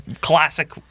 classic